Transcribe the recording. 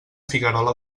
figuerola